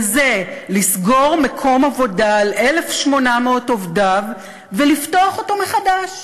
וזה לסגור מקום עבודה על 1,800 עובדיו ולפתוח אותו מחדש